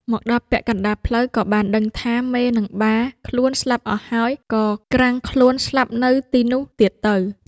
មកដល់ពាក់កណ្ដាលផ្លូវក៏បានដឹងថា មេ និងបាខ្លួនស្លាប់អស់ហើយ ក៏ក្រាំងខ្លួនស្លាប់នៅទីនោះទៀតទៅ។